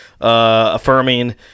affirming